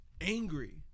angry